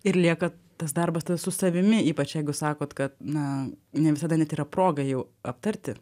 ir lieka tas darbas tada su savimi ypač jeigu sakot kad na ne visada net yra proga jau aptarti